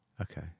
Okay